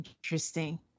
Interesting